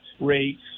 rates